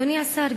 אדוני השר,